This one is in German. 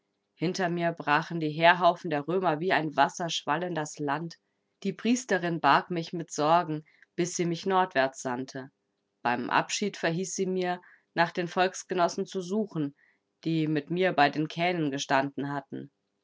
hinter mir brachen die heerhaufen der römer wie ein wasserschwall in das land die priesterin barg mich mit sorgen bis sie mich nordwärts sandte beim abschied verhieß sie mir nach den volksgenossen zu suchen die mit mir bei den kähnen gestanden hatten